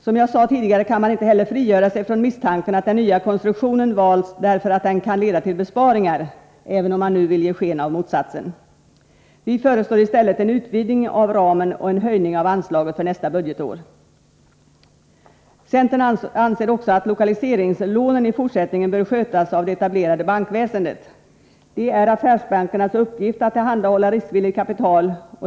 Som jag sade tidigare går det inte heller att frigöra sig från tanken att den nya konstruktionen valts därför att den kan leda till besparingar, även om man nu vill ge sken av motsatsen. Vi föreslår i stället en utvidgning av ramen och en höjning av anslaget för nästa budgetår. Centern anser också att lokaliseringslånen i fortsättningen bör skötas av det etablerade bankväsendet. Det är affärsbankernas uppgift att tillhandahålla riskvilligt kapital.